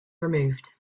removed